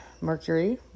mercury